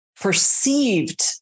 perceived